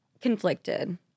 conflicted